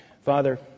Father